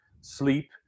sleep